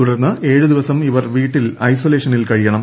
തുടർന്ന് ഏഴ് ദിവസം ഇവർ വീട്ടിൽ ഐസൊലേഷനിൽ കഴിയണം